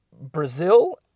Brazil